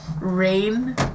rain